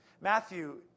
Matthew